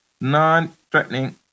non-threatening